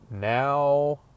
now